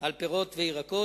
על פירות וירקות,